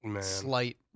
slight